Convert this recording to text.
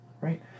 right